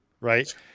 right